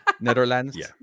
Netherlands